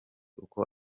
uko